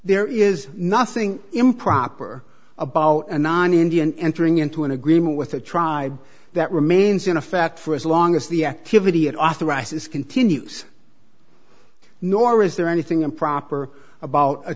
there is nothing improper about a non indian entering into an agreement with the tribe that remains in effect for as long as the activity it authorizes continues nor is there anything improper about a